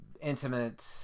intimate